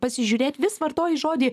pasižiūrėt vis vartoji žodį